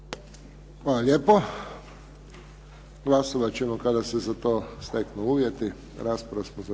Hvala lijepo. Glasovat ćemo kada se za to steknu uvjeti.